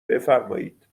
بفرمایید